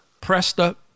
pressed-up